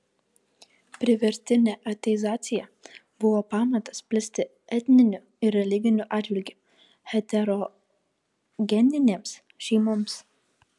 priverstinė ateizacija buvo pamatas plisti etniniu ir religiniu atžvilgiu heterogeninėms šeimoms